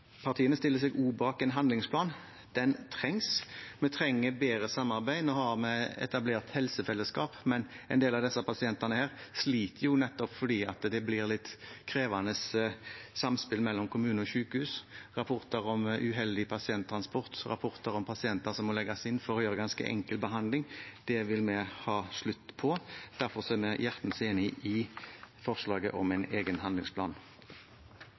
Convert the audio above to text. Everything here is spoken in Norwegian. stiller seg også bak forslaget om en handlingsplan. Den trengs. Vi trenger bedre samarbeid. Nå har vi etablert helsefellesskap, men en del av disse pasientene sliter jo nettopp fordi det blir litt krevende samspill mellom kommune og sykehus. Det er rapporter om uheldig pasienttransport og rapporter om pasienter som må legges inn for å få ganske enkel behandling. Det vil vi ha slutt på. Derfor er vi hjertens enig i forslaget om en egen handlingsplan.